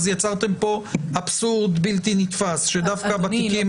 אז יצרתם פה אבסורד בלתי נתפס שדווקא בתיקים